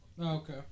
okay